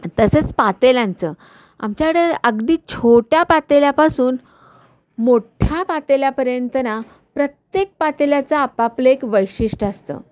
तसंच पातेल्यांचं आमच्याकडे अगदी छोट्या पातेल्यापासून मोठ्या पातेल्यापर्यंत ना प्रत्येक पातेल्याचं आपापलं एक वैशिष्ट असतं